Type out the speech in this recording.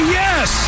yes